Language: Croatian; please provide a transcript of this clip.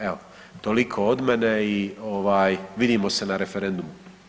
Evo toliko od mene i vidimo se na referendumu.